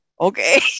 Okay